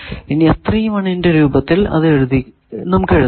ഇനി ന്റെ രൂപത്തിൽ അത് നമുക്കെഴുതാം